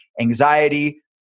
anxiety